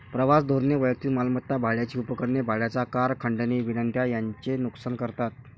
प्रवास धोरणे वैयक्तिक मालमत्ता, भाड्याची उपकरणे, भाड्याच्या कार, खंडणी विनंत्या यांचे नुकसान करतात